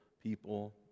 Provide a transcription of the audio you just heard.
people